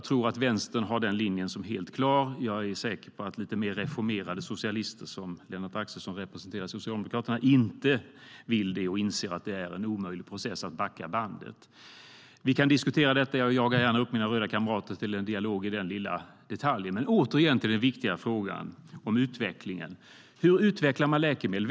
Här är Vänsterns linje helt klar, men jag är säker på att lite mer reformerade socialister som Socialdemokraternas Lennart Axelsson inte vill detta och inser att det är en omöjlig process att backa bandet. Vi kan diskutera detta. Jag jagar gärna upp mina röda kamrater till en dialog i denna lilla detalj. Men nu åter till den viktiga frågan om utvecklingen. Hur utvecklar vi läkemedel?